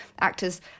actors